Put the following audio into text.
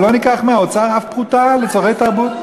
ולא ניקח מהאוצר אף פרוטה לצורכי תרבות.